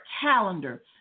calendar